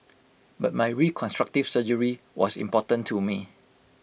but my reconstructive surgery was important to me